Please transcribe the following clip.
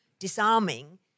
disarming